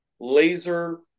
laser